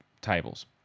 tables